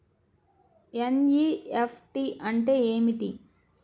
NEFT అంటే ఏమిటి?